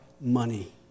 Money